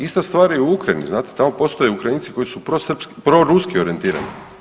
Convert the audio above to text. Ista stvar je u Ukrajini znate, tamo postoje Ukrajinci koji su proruski orijentirani.